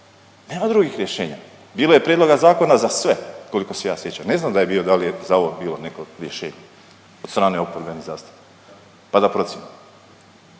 nema drugih rješenja. Bilo je prijedloga zakona za sve koliko se ja sjećam ne znam da je bio, da li je za ovo bio neko rješenje od strane oporbenih zastupnika pa da procijenimo,